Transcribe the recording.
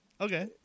Okay